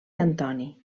antoni